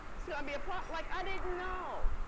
so gonna be a problem. like, i didn't know,